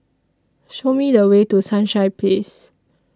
Show Me The Way to Sunshine Place